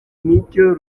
nicyo